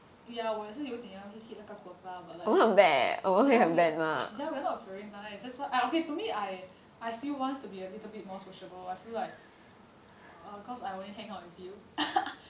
ya 我也是有点要是 hit 那个 quota but like ya we're not very nice thats why I okay to me I I still wants to be a little bit more sociable I feel like err cause I only hang out with you